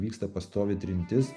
vyksta pastoviai trintis